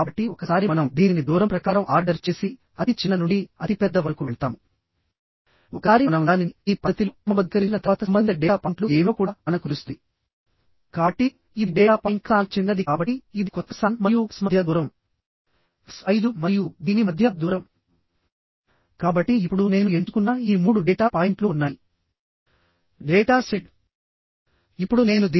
కాబట్టి ఎప్పుడైతే మెంబర్స్ లో టెన్షన్ ఉత్పన్నం అవుతుందో ఎలిమెంట్ యొక్క అన్ని భాగాలలో కానీ లేదా మెంబర్స్ లో గాని డైరెక్ట్ గా టెన్షన్ అనేది ఉండదు